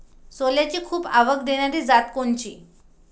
सोल्याची खूप आवक देनारी जात कोनची?